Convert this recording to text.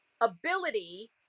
ability